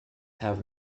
have